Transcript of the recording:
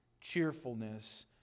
cheerfulness